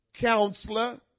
Counselor